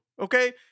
Okay